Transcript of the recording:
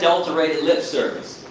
unadulterated, lip service!